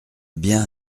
bien